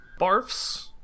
barfs